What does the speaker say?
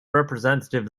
representative